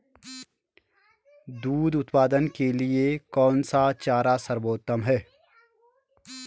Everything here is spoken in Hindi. दूध उत्पादन के लिए कौन सा चारा सर्वोत्तम है?